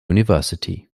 university